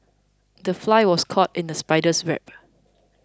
the fly was caught in the spider's web